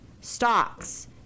stocks